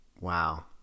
wow